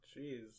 jeez